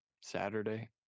Saturday